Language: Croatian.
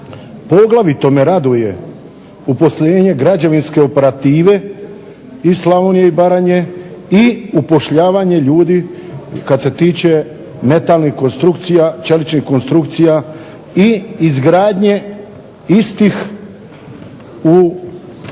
Poglavito me raduje uposlenje građevinske operative iz Slavonije i Baranje i upošljavanje ljudi kada se tiče metalnih konstrukcija, čeličnih konstrukcija i izgradnje istih u